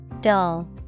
Dull